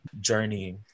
journey